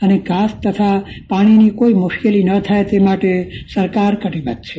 અને ઘાસ તથા પાણીની કોઈ મુશ્કેલી ન થાય તે માટે સરકાર કટિબદ્ધ છે